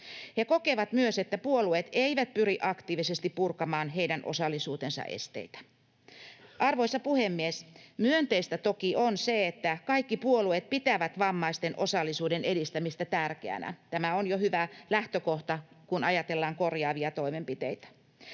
He kokevat myös, että puolueet eivät pyri aktiivisesti purkamaan heidän osallisuutensa esteitä. Arvoisa puhemies! Myönteistä toki on se, että kaikki puolueet pitävät vammaisten osallisuuden edistämistä tärkeänä. Tämä on jo hyvä lähtökohta, kun ajatellaan korjaavia toimenpiteitä,